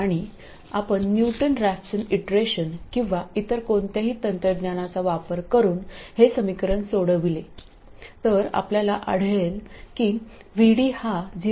आणि आपण Newton Raphson iteration किंवा इतर कोणत्याही तंत्रज्ञानाचा वापर करून हे समीकरण सोडविले तर आपल्याला आढळेल की VD हा 0